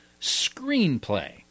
screenplay